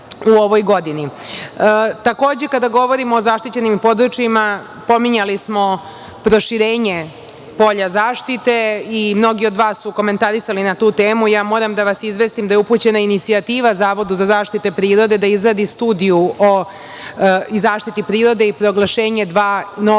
kada govorimo o zaštićenim područjima pominjali smo proširenje polja zaštite i mnogi od vas su komentarisali na tu temu. Moram da vas izvestim da je upućena inicijativa Zavodu za zaštitu prirode, da izradi studiju o zaštiti prirode i proglašenje dva